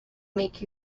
make